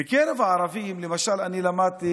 בקרב הערבים, למשל, אני למדתי